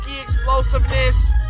explosiveness